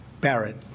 Barrett